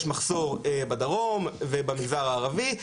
יש מחסור בדרום ובמגזר הערבי,